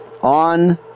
on